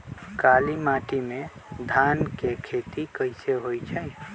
काली माटी में धान के खेती कईसे होइ छइ?